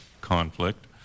conflict